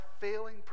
failing